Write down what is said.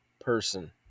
person